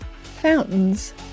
fountains